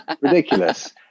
ridiculous